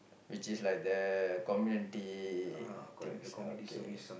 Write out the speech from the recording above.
which is like the community things okay